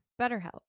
BetterHelp